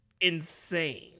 insane